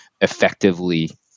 effectively